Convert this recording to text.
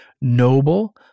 noble